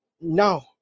No